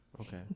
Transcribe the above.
Okay